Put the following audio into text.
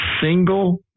single